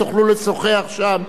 תוכלו לשוחח שם.